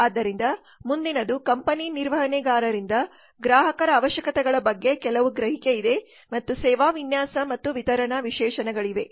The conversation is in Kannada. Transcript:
ಆದ್ದರಿಂದ ಮುಂದಿನದು ಕಂಪನಿ ನಿರ್ವಹಣೆಗಾರರಿಂದ ಗ್ರಾಹಕರ ಅವಶ್ಯಕತೆಗಳ ಬಗ್ಗೆ ಕೆಲವು ಗ್ರಹಿಕೆ ಇದೆ ಮತ್ತು ಸೇವಾ ವಿನ್ಯಾಸ ಮತ್ತು ವಿತರಣಾ ವಿಶೇಷಣಗಳಿವೆ